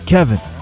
Kevin